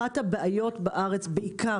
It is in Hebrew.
אחת הבעיות בארץ בעיקר,